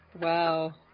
Wow